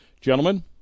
Gentlemen